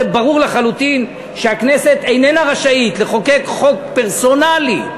זה ברור לחלוטין שהכנסת איננה רשאית לחוקק חוק פרסונלי,